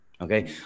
Okay